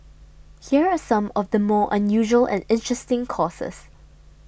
here are some of the more unusual and interesting courses